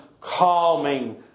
calming